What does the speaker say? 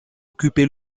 occupé